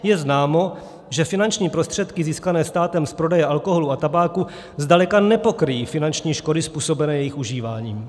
Je známo, že finanční prostředky získané státem z prodeje alkoholu a tabáku zdaleka nepokryjí finanční škody způsobené jejich užíváním.